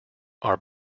are